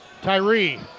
Tyree